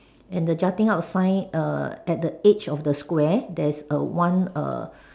and the jutting out sign err at the edge of a square there's a one err